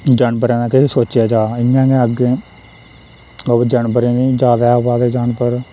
जानवरें दा किश सोचेआ जा इ'यां गै अग्गें ओह् बी जानवरें बी ज्यादा आवै दे जानवर